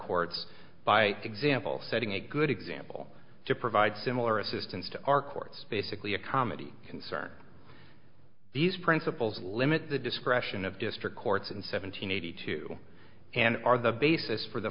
courts by example setting a good example to provide similar assistance to our courts basically a comedy concern these principles limit the discretion of district courts in seven hundred eighty two and are the basis for the